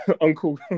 Uncle